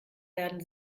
werden